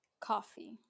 Coffee